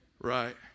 Right